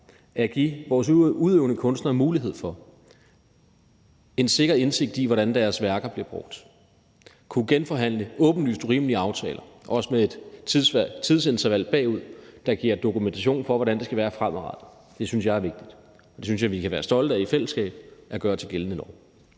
at give vores udøvende kunstnere mulighed for en sikker indsigt i, hvordan deres værker bliver brugt, og for at kunne genforhandle åbenlyst urimelige aftaler også med et tidsinterval bagud, der giver dokumentation for, hvordan det skal være fremadrettet. Det synes jeg er vigtigt, og det synes jeg vi kan være stolte af i fællesskab at gøre til gældende lov.